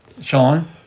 Sean